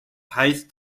heißt